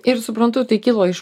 ir suprantu tai kilo iš